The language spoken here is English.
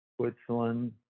Switzerland